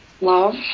Love